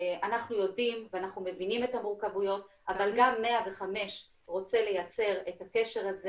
אנחנו יודעים ומבינים את המורכבויות אבל 105 רוצה לייצר את הקשר הזה